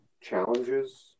challenges